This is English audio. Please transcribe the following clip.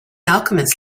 alchemist